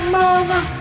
mother